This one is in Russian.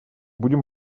будем